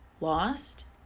lost